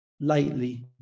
lightly